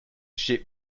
ship